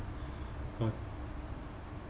but